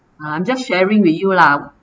I'm just sharing with you lah